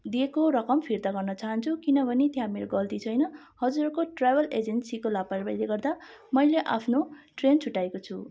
दिएको रकम फिर्ता गर्न चाहन्छु किनभने त्यहाँ मेरो गल्ती छैन हजुरहरूको ट्रेभल एजेन्सीको लापरवाहीले गर्दा मैले आफ्नो ट्रेन छुटाएको छु